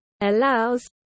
allows